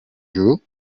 you